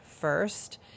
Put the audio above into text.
first